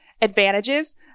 advantages